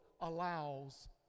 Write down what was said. allows